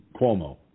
Cuomo